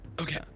okay